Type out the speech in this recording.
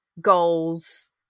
goals